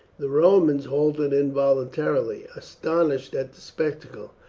the romans halted involuntarily, astonished at the spectacle.